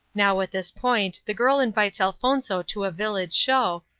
now at this point the girl invites elfonzo to a village show,